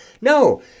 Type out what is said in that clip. no